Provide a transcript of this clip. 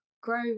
grow